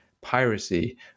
piracy